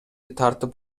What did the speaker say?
тартып